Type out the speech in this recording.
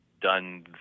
done